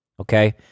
okay